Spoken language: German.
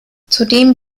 zudem